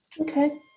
Okay